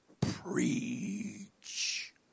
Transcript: preach